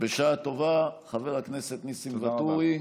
בשעה טובה, חבר הכנסת ניסים ואטורי.